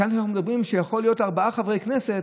וכאן אנחנו מדברים שיכולים להיות ארבעה חברי כנסת,